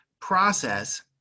process